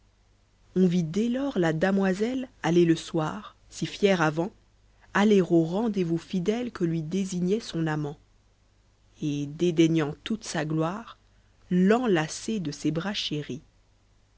on vit dés lors la damoiselle aller le soir si ficre avant aller au rendez-vous fidèle oue lui désignait son amant et dédaignant toute sa gloire l'enlacer de ses bras chéris